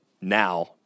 now